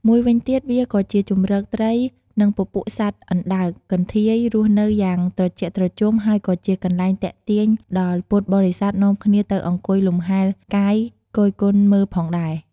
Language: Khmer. មួយវិញទៀត វាក៏ជាជម្រត្រី និងពពួកសត្វអណ្តើរ កន្ធាយ រស់នៅយ៉ាងត្រជាក់ត្រជំហើយក៏ជាកន្លែងទាក់ទាញដល់ពុទ្ធបរិស័ទនាំគ្នាទៅអង្គុយលំហែលកាយគយគន់មើលផងដែរ។